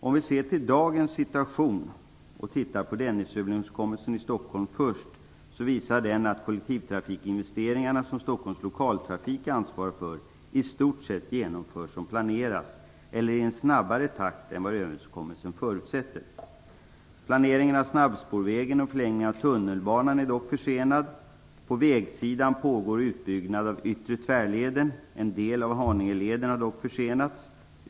Om vi ser till dagens situation och först ser på Dennisöverenskommelsen i Stockholm visar den att kollektivinvesteringarna som Stockholms Lokaltrafik ansvarar för i stort sett genomförs som planerats, eller i en snabbare takt än vad överenskommelsen förutsätter. Planeringen av snabbspårvägen och förlängningen av tunnelbanan är dock försenade. På vägsidan pågår det utbyggnad av yttre tvärleden. En del av Haningeleden har dock försenats.